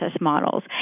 models